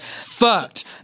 Fucked